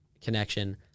connection